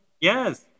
Yes